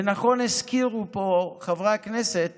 ונכון הזכירו פה חברי הכנסת